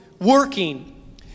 working